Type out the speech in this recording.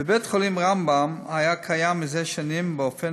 בבית-החולים רמב"ם היה קיים שנים באופן